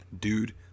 dude